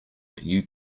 you